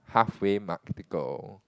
halfway market to go